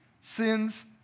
sins